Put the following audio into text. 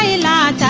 la